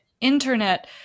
internet